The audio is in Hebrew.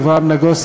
אברהם נגוסה,